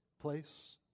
Place